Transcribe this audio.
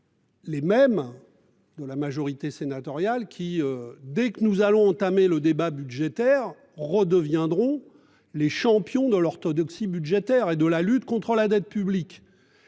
Les même. De la majorité sénatoriale qui dès que nous allons entamer le débat budgétaire redeviendront. Les champions de l'orthodoxie budgétaire et de la lutte contre la dette publique.